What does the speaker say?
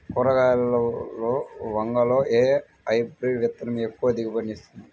కూరగాయలలో వంగలో ఏ హైబ్రిడ్ విత్తనం ఎక్కువ దిగుబడిని ఇస్తుంది?